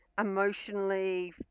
emotionally